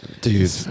dude